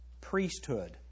priesthood